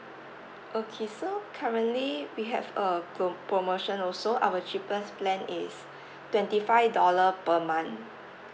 okay so currently we have a pro~ promotion also our cheapest plan is twenty five dollar per month